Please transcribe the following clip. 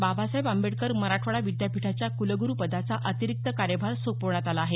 बाबासाहेब आंबेडकर मराठवाडा विद्यापीठाच्या कुलगुरू पदाचा अतिरिक्त कार्यभार सोपवण्यात आला आहे